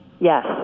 Yes